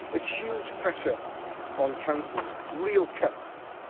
huge pressure on councils. real cuts.